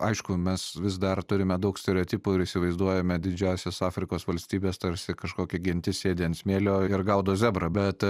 aišku mes vis dar turime daug stereotipų ir įsivaizduojame didžiąsias afrikos valstybes tarsi kažkokia gentis sėdi ant smėlio ir gaudo zebrą bet